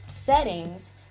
settings